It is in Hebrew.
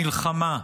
המלחמה,